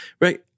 right